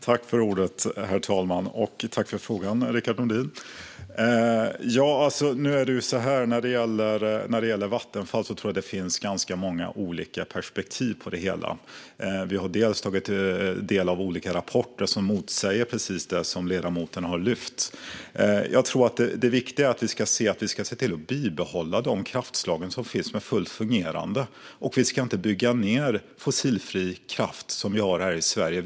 Herr talman! Tack för frågan, Rickard Nordin! När det gäller Vattenfall finns det många olika perspektiv på det hela. Vi har tagit del av olika rapporter som motsäger det som ledamoten lyfte upp. Jag tror att det viktiga är att vi ser till att de fullt fungerande kraftslag som finns bibehålls. Vi ska inte montera ned fossilfri kraft som vi har här i Sverige.